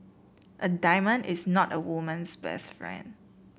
a diamond is not a woman's best friend